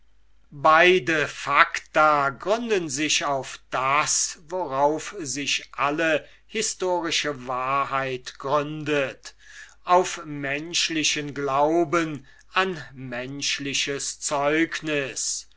beide facta gründen sich auf das worauf sich alle historische wahrheit gründet auf menschlichen glauben an menschliches zeugnis